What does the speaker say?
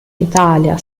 italia